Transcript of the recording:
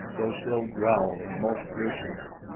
though still growling most fearsomely.